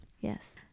yes